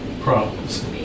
problems